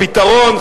הפתרון,